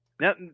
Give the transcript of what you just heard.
Now